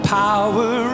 power